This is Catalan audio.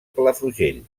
palafrugell